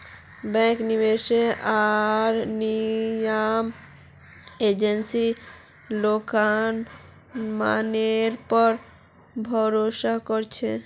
bank, निवेशक आर नियामक एजेंसियां लेखांकन मानकेर पर भरोसा कर छेक